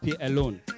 alone